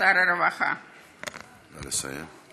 שר הרווחה, נא לסיים.